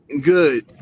good